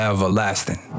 Everlasting